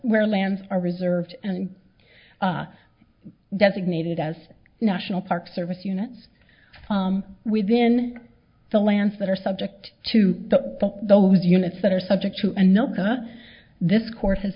where lands are reserved and designated as national park service units within the lands that are subject to those units that are subject to another this court has